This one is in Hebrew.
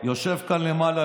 יושב כאן למעלה,